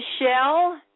Michelle